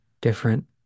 different